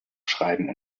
schreiben